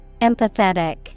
Empathetic